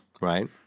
Right